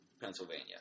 Pennsylvania